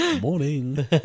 Morning